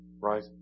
Right